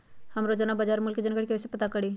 हम रोजाना बाजार मूल्य के जानकारी कईसे पता करी?